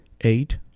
eight